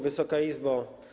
Wysoka Izbo!